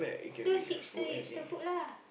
those hipster hipster food lah